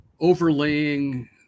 overlaying